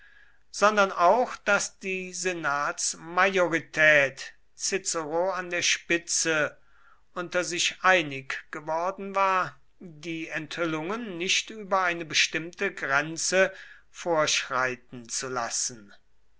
sondern auch daß die senatsmajorität cicero an der spitze unter sich einig geworden war die enthüllungen nicht über eine bestimmte grenze vorschreiten zu lassen